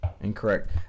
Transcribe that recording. Incorrect